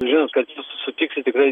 žinot ką jūs sutiksit tikrai